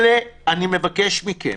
אני מבקש מכם.